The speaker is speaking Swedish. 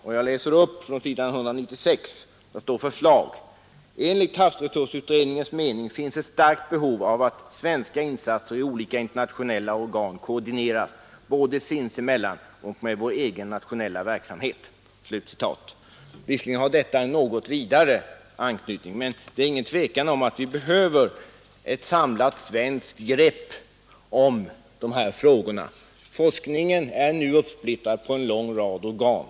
På s. 196 står det under rubriken Förslag: ”Enligt havsresursutredningens mening finns ett starkt behov av att svenska insatser i olika internationella organ koordineras, både sinsemellan och med vår egen nationella verksamhet.” Visserligen har detta uttalande en något vidare anknytning, men det råder inget tvivel om att vi behöver ett samlat svenskt grepp om de här frågorna — forskningen är nu uppsplittrad på en lång rad organ.